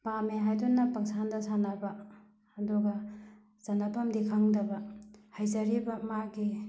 ꯄꯥꯝꯃꯦ ꯍꯥꯏꯗꯨꯅ ꯄꯪꯁꯥꯟꯗ ꯁꯥꯟꯅꯕ ꯑꯗꯨꯒ ꯆꯟꯅꯐꯝꯗꯤ ꯈꯪꯗꯕ ꯍꯩꯖꯔꯤꯕ ꯃꯥꯒꯤ